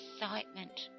excitement